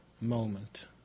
moment